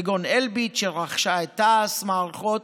כגון אלביט, שרכשה את תעש מערכות,